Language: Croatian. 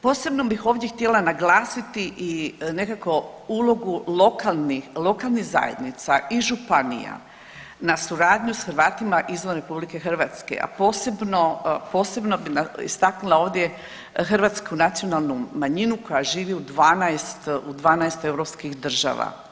Posebno bih ovdje htjela naglasiti i nekako ulogu lokalnih, lokalnih zajednica i županija na suradnju s Hrvatima izvan RH, a posebno, posebno bih istaknula ovdje hrvatsku nacionalnu manjinu koja živi u 12, u 12 europskih država.